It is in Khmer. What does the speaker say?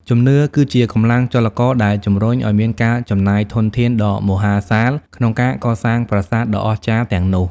ជំនឿគឺជាកម្លាំងចលករដែលជំរុញឱ្យមានការចំណាយធនធានដ៏មហាសាលក្នុងការកសាងប្រាសាទដ៏អស្ចារ្យទាំងនោះ។